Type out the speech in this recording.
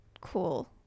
cool